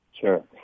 Sure